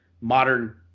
modern